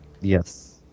Yes